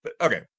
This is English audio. Okay